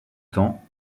temps